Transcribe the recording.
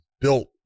built